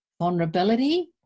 vulnerability